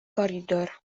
koridor